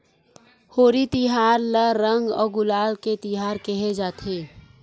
होरी तिहार ल रंग अउ गुलाल के तिहार केहे जाथे